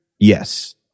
Yes